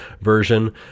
version